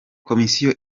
komisiyo